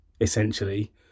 essentially